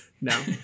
No